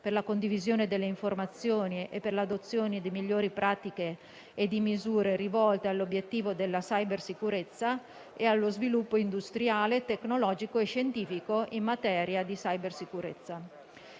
per la condivisione delle informazioni e per l'adozione di migliori pratiche e di misure rivolte all'obiettivo della cybersicurezza e allo sviluppo industriale, tecnologico e scientifico in materia di cybersicurezza;